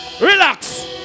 Relax